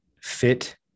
fit